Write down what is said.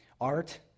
Art